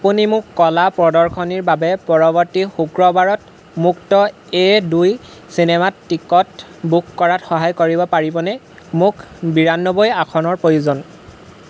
আপুনি মোক কলা প্ৰদৰ্শনীৰ বাবে পৰৱৰ্তী শুক্ৰবাৰত মুক্ত এ দুই চিনেমাত টিকট বুক কৰাত সহায় কৰিব পাৰিবনে মোক বিৰানব্বৈ আসনৰ প্ৰয়োজন